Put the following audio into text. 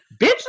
bitch